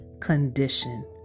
condition